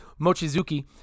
Mochizuki